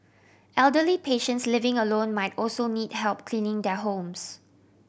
elderly patients living alone might also need help cleaning their homes